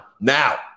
Now